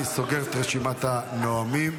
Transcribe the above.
אני סוגר את רשימת הנואמים.